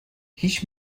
هیچ